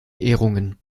ehrungen